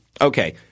okay